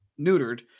neutered